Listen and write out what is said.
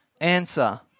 answer